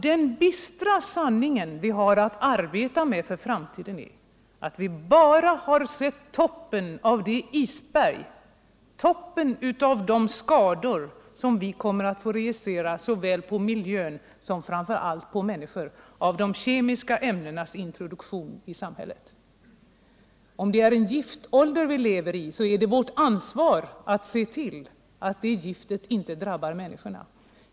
Den bistra sanningen är att vi bara har sett toppen av isberget när det gäller de skador vi kommer att få registrera, såväl på miljön som på människor, av de kemiska ämnenas introduktion i samhället. Om det är en giftålder vi lever i, så är det vårt ansvar att se till att giftet inte drabbar människorna.